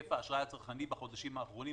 בהיקף האשראי הצרכני בחודשים האחרונים.